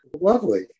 Lovely